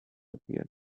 appeared